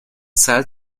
zahlt